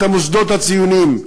את המוסדות הציוניים,